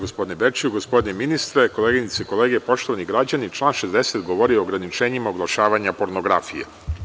Gospodine ministre, koleginice i kolege, poštovani građani, član 60. govori o ograničenjima oglašavanja pornografije.